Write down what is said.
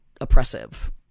oppressive